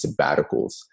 sabbaticals